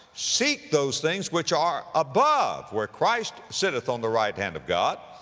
seek those things which are above, where christ sitteth on the right hand of god.